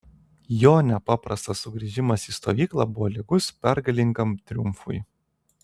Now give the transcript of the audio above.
jo nepaprastas sugrįžimas į stovyklą buvo lygus pergalingam triumfui